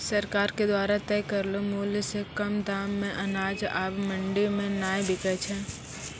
सरकार के द्वारा तय करलो मुल्य सॅ कम दाम मॅ अनाज आबॅ मंडी मॅ नाय बिकै छै